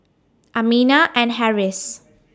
Aminah and Harris